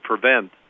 prevent